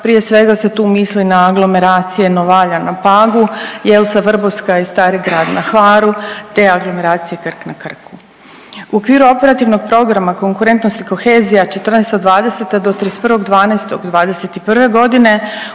Prije svega se tu misli na aglomeracije Novalja na Pagu, Jelsa Vrbovska i Stari Grad na Hvaru te aglomeracije Krk na Krku. U okviru Operativnog programa Konkurentnost i kohezija '14.-'20. do 31.12.'21. godine